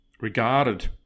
regarded